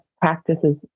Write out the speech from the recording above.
practices